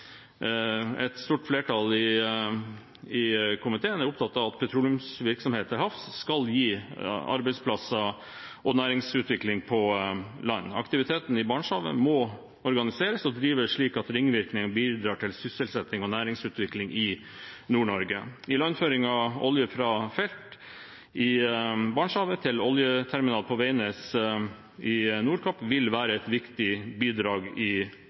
komiteen er opptatt av at petroleumsvirksomhet til havs skal gi arbeidsplasser og næringsutvikling på land. Aktiviteten i Barentshavet må organiseres og drives slik at ringvirkningene bidrar til sysselsetting og næringsutvikling i Nord-Norge. Ilandføring av olje fra felt i Barentshavet til oljeterminal på Veidnes i Nordkapp vil være et viktig bidrag i